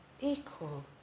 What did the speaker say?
Equal